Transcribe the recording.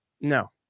No